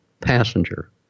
passenger